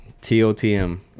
t-o-t-m